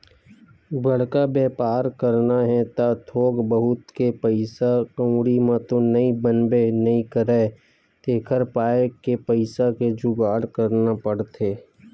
बड़का बेपार करना हे त थोक बहुत के पइसा कउड़ी म तो बनबे नइ करय तेखर पाय के पइसा के जुगाड़ करना पड़थे